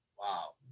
Wow